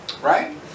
right